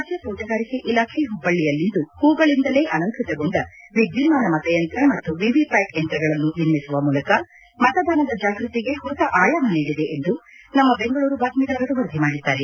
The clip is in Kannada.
ರಾಜ್ಯ ತೋಟಗಾರಿಕೆ ಇಲಾಖೆ ಹುಬ್ಬಳ್ಳಯಲ್ಲಿಂದು ಹೂಗಳಿಂದಲೇ ಅಲಂಕೃತಗೊಂಡ ವಿದ್ಯುನ್ನಾನ ಮತಯಂತ್ರ ಮತ್ತು ವಿವಿ ಪ್ಯಾಟ್ ಯಂತ್ರಗಳನ್ನು ನಿರ್ಮಿಸುವ ಮೂಲಕ ಮತದಾನದ ಜಾಗೃತಿಗೆ ಹೊಸ ಆಯಾಮ ನೀಡಿದೆ ಎಂದು ನಮ್ಮ ಬೆಂಗಳೂರು ಬಾತ್ಮೀದಾರರು ವರದಿ ಮಾಡಿದ್ದಾರೆ